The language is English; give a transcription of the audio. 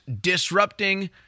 disrupting